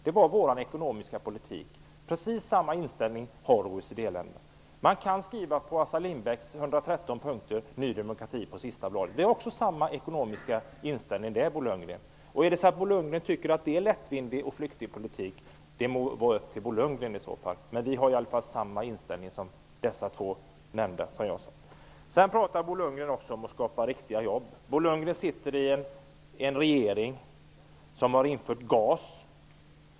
Det är vår ekonomiska politik. OECD-länderna har precis samma inställning som vi. Man skulle kunna skriva Ny demokrati på sista bladet av Assar Lindbecks rapport med 113 punkter. Vi har samma ekonomiska inställning som han, Bo Lundgren. Tycker Bo Lundgren att det är en lättvindig och flyktig politik, må det vara upp till Bo Lundgren. Vi har i alla fall samma inställning som dessa två nämnda. Bo Lundgren talar också om att skapa riktiga jobb. Bo Lundgren sitter i en regering som har infört GAS.